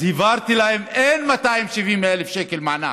אז הבהרתי להם: אין 270,000 שקל מענק,